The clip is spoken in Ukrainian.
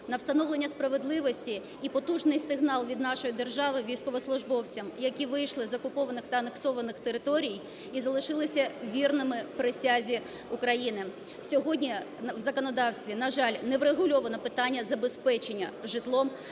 на встановлення справедливості і потужний сигнал від нашої держави військовослужбовцям, які вийшли з окупованих та анексованих територій і залишилися вірними присязі України. Сьогодні в законодавстві, на жаль, не врегульовано питання забезпечення житлом